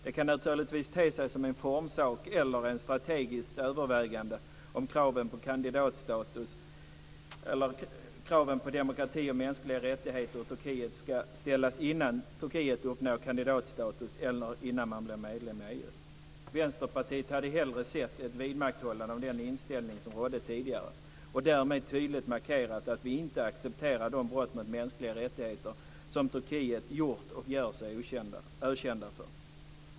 Det kan naturligtvis te sig som en formsak eller ett strategiskt övervägande om kraven på demokrati och mänskliga rättigheter i Turkiet ska ställas innan Turkiet uppnår kandidatstatus eller innan man blir medlem i EU. Vänsterpartiet hade hellre sett ett vidmakthållande av den inställning som rådde tidigare och därmed en tydlig markering av att vi inte accepterar de brott mot mänskliga rättigheter som Turkiet gjort och gör sig ökänt för.